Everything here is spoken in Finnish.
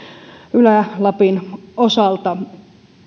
ylä lapin osalta